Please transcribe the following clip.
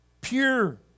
Pure